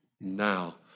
now